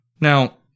Now